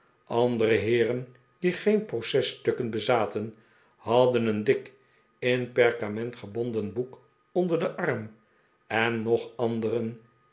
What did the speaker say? andere heeren die geen processtukken bezaten hadden een dik in perkament gebonden boek onder den arm en nog anderen